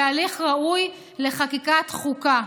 בהליך ראוי לחקיקת חוקה.